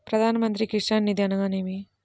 ప్రధాన మంత్రి కిసాన్ నిధి అనగా నేమి?